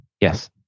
Yes